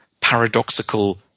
paradoxical